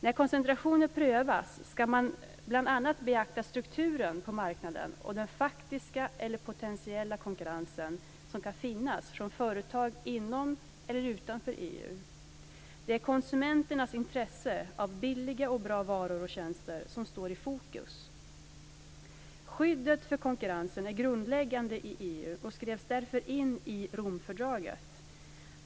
När koncentrationer prövas ska man bl.a. beakta strukturen på marknaden och den faktiska eller potentiella konkurrens som kan finnas från företag inom eller utanför EU. Det är konsumenternas intresse av billiga och bra varor och tjänster som står i fokus. Skyddet för konkurrensen är grundläggande i EU och skrevs därför in i Romfördraget.